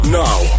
now